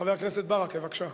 חבר הכנסת ברכה, בבקשה.